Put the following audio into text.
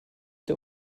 der